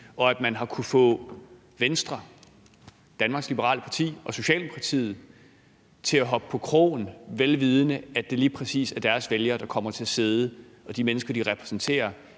og at man har kunnet få Venstre, Danmarks Liberale Parti, og Socialdemokratiet til at hoppe på krogen, vel vidende at det lige præcis er deres vælgere og de mennesker, de repræsenterer,